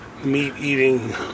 meat-eating